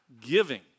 giving